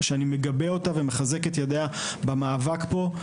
שאני מגבה אותה ומחזק את ידיה במאבק פה,